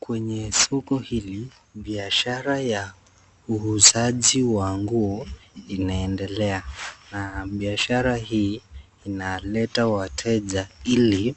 Kwenye soko hili biashara ya uuzaji wa nguo inaendelea na biashara hii inaleta wateja hili